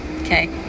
Okay